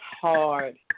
hard